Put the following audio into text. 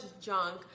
junk